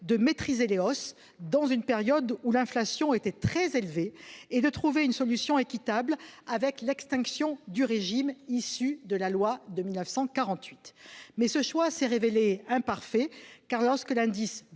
de maîtriser les hausses, dans une période où l'inflation était très élevée, et de trouver une solution équitable après l'extinction du régime issu de la loi de 1948. Ce choix s'est toutefois révélé imparfait, car lorsque l'indice